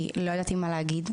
כי לא ידעתי מה להגיד,